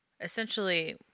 essentially